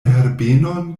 herbenon